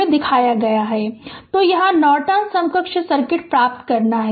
Refer Slide Time 1748 तो यहाँ Norton समकक्ष सर्किट प्राप्त करना है